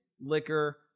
liquor